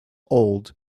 old